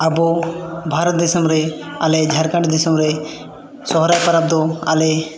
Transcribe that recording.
ᱟᱵᱚ ᱵᱷᱟᱨᱚᱛ ᱫᱤᱥᱚᱢ ᱨᱮ ᱟᱞᱮ ᱡᱷᱟᱲᱠᱷᱚᱸᱰ ᱫᱤᱥᱚᱢ ᱨᱮ ᱥᱚᱦᱚᱨᱟᱭ ᱯᱚᱨᱚᱵᱽ ᱫᱚ ᱟᱞᱮ